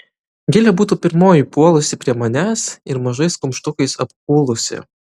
gilė būtų pirmoji puolusi prie manęs ir mažais kumštukais apkūlusi